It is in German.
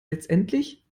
letztendlich